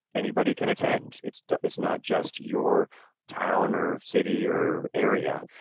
anybody can attend. it's it's not just your town or city or area.